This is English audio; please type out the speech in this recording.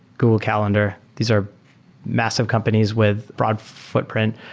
google calendar, these are massive companies with broad footprint.